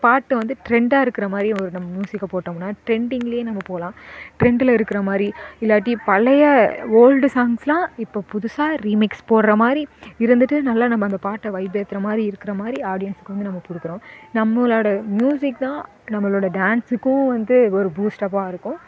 பாட்டு வந்து ட்ரெண்டாக இருக்கிற மாதிரி ஒரு நம்ம மியூசிக்கை போட்டோம்னா ட்ரெண்டிங்லயே நம்ம போகலாம் ட்ரெண்டில் இருக்கிற மாதிரி இல்லாட்டி பழைய ஓல்டு சாங்ஸ்லாம் இப்போ புதுசாக ரீமிக்ஸ் போட்டுற மாதிரி இருந்துட்டு நல்லா நம்ம அந்த பாட்டை வைப் ஏத்துற மாதிரி இருக்கிற மாதிரி ஆடியன்ஸ்க்கு வந்து நம்ம கொடுக்குறோம் நம்மளோடய மியூசிக் தான் நம்மளோடய டான்ஸுக்கும் வந்து ஒரு பூஸ்ட்டப்பாக இருக்கும்